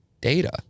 data